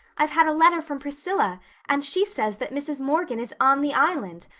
i've had a letter from priscilla and she says that mrs. morgan is on the island,